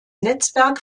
netzwerk